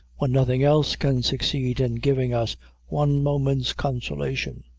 when nothing else can succeed in giving us one moment's consolation!